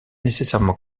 nécessairement